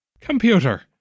Computer